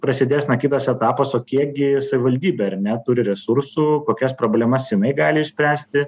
prasidės na kitas etapas o kiekgi savivaldybė ar ne turi resursų kokias problemas jinai gali išspręsti